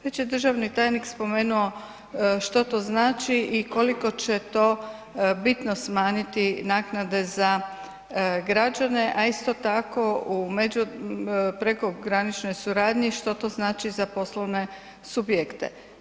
Već je državni tajnik spomenuo što to znači i koliko će to bitno smanjiti naknade za građane, a isto tako u prekograničnoj suradnji što to znači za poslovne subjekte.